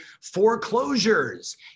foreclosures